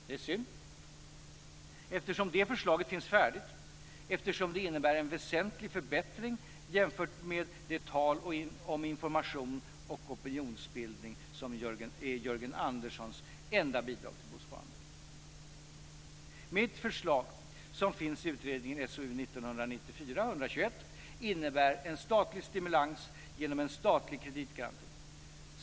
Det är synd, eftersom förslaget finns färdigt och eftersom det innebär en väsentlig förbättring jämfört med det tal om information och opinionsbildning som är Jörgen Anderssons enda bidrag till bosparandet. Mitt förslag, som finns i utredningen SOU 1994:121, innebär en statlig stimulans genom en statlig kreditgaranti.